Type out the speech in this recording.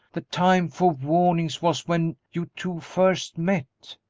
the time for warning was when you two first met,